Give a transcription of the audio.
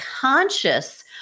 conscious